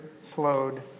slowed